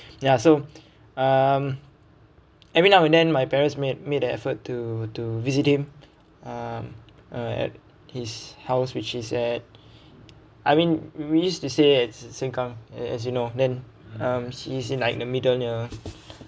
ya so um every now and then my parents made made an effort to to visit him um uh at his house which is at I mean we used to stay at sengkang and as you know then um he's in like the middle near